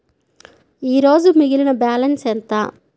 ఈరోజు మిగిలిన బ్యాలెన్స్ ఎంత?